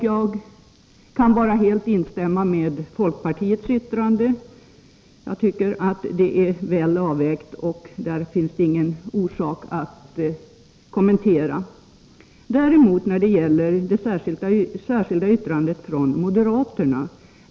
Jag instämmer helt i folkpartiets yttrande, som jag tycker är väl avvägt, och jag ser inte att det finns orsak att kommentera det. Däremot kan jag inte instämma i det särskilda yttrandet från moderaterna.